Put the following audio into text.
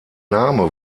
name